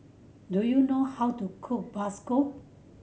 do you know how to cook